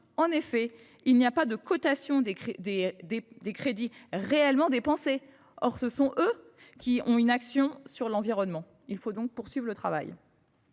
En effet, il n’y a pas de cotation des crédits réellement dépensés. Or ce sont eux qui permettent une action sur l’environnement. Il faut donc poursuivre le travail